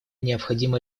необходима